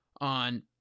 on